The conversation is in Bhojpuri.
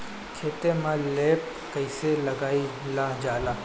खेतो में लेप कईसे लगाई ल जाला?